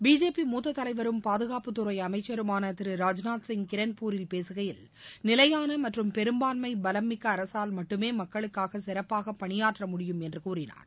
BJP தலைவரும் பாதுகாப்புத்துறை முத்த அமைச்சருமான திரு ராஜ்நாத் சிங் கிரண்பூரில் பேசுகையில் நிலையான மற்றும் பெரும்பான்மை பலமிக்க அரசால் மட்டுமே மக்களுக்காக சிறப்பாக பணியாற்ற முடியும் என்று கூறினார்